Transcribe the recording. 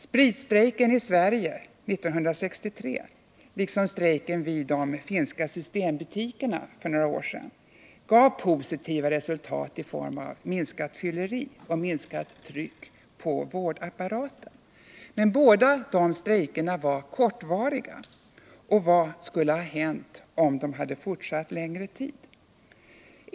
Spritstrejken i Sverige 1963 liksom strejken vid de finska systembutikerna för några år sedan gav positiva resultat i form av minskat fylleri och minskat tryck på vårdapparaten. Men båda dessa strejker var kortvariga. Vad skulle ha hänt om de fortsatt längre tid?